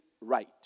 right